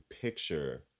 picture